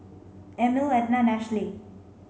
Emil Ednah Ashlie